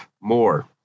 more